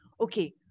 Okay